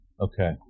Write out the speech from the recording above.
Okay